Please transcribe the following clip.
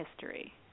history